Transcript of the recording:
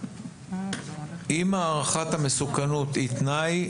אם הערכת המסוכנות היא תנאי,